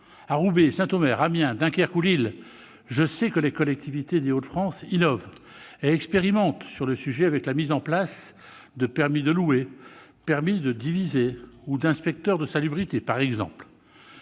à Roubaix, Saint-Omer, Amiens, Dunkerque ou Lille, je sais que les collectivités des Hauts-de-France innovent et expérimentent sur ce sujet, avec la mise en place de permis de louer, de permis de diviser ou l'intervention d'inspecteurs de salubrité, par exemple.